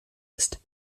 ist